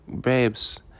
babes